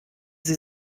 sie